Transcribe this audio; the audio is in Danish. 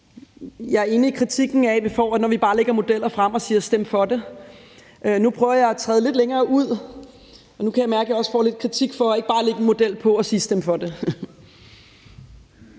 jeg er enig i kritikken, vi får, af, at vi bare lægger modeller frem og siger: Stem for det. Nu prøver jeg at træde lidt længere ud, og nu kan jeg mærke, at jeg også får lidt kritik for ikke bare at lægge en model på og siger: Stem for det.